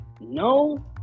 no